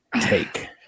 take